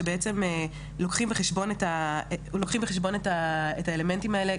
שבעצם לוקחים בחשבון את האלמנטים האלה,